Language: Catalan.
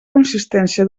consistència